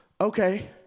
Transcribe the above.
okay